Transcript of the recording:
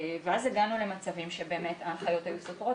אז הגענו למצבים שבאמת ההנחיות היו סותרות